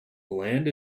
bland